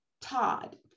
Todd